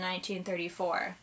1934